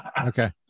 Okay